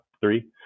three